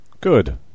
good